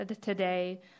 today